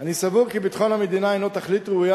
אני סבור כי ביטחון המדינה הינו תכלית ראויה